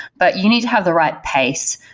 but you need to have the right pace.